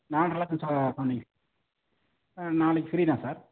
நாலரை லட்சம் சொன்னிங்க சார் நாளைக்கு ஃப்ரீ தான் சார்